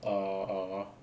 err err